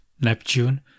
Neptune